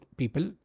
people